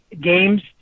games